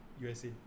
USA